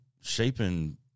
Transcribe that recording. shaping